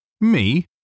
Me